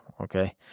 okay